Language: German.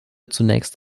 zunächst